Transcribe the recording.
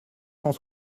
cent